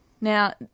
Now